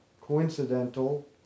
coincidental